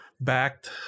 backed